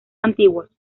antiguos